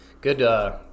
Good